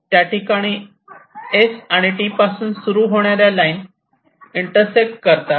त्याठिकाणी S आणि T पासून सुरू होणाऱ्या लाईन इंटरसेक्ट करतात